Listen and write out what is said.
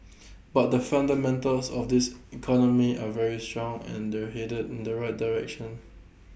but the fundamentals of this economy are very strong and they're headed in the right direction